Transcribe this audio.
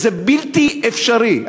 וזה בלתי אפשרי.